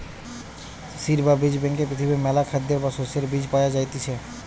seed বা বীজ ব্যাংকে পৃথিবীর মেলা খাদ্যের বা শস্যের বীজ পায়া যাইতিছে